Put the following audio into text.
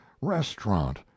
restaurant